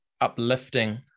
uplifting